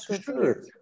sure